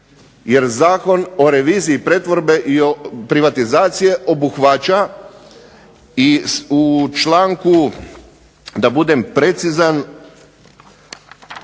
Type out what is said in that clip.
Jer Zakon o reviziji pretvorbe i privatizacije obuhvaća i u članku, da budem precizan,